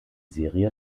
serie